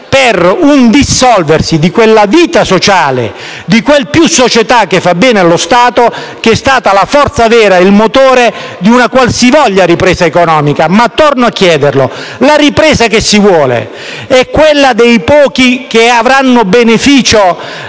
per il dissolvimento di quella vita sociale e di quel "più società" che fanno bene allo Stato e sono stati la forza vera ed il motore di una qualsivoglia ripresa economica. Torno a chiedere: la ripresa che si vuole è quella dei pochi che avranno beneficio